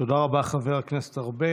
תודה רבה, חבר הכנסת ארבל.